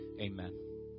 Amen